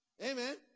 Amen